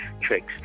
tricks